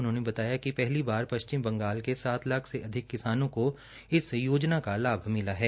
उन्होंने बताया कि पहली बार पश्चिम बंगाल के सात लाख से अधिक किसानों को इस योजना का लाभ मिला है